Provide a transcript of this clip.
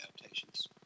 adaptations